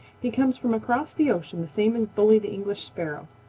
he comes from across the ocean the same as bully the english sparrow.